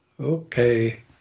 Okay